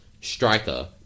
striker